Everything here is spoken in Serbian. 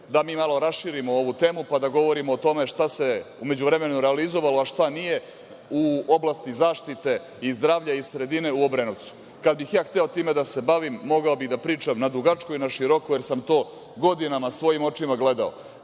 da mi malo raširimo ovu temu, pa da govorimo o tome šta se u međuvremenu realizovalo, a šta nije, u oblasti zaštite i zdravlja i sredine u Obrenovcu. Kada bih hteo time da se bavim, mogao bih da pričam na dugačko i na široko, jer sam to godinama svojim očima gledao,